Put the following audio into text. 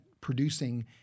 producing